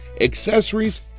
accessories